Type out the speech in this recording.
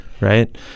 right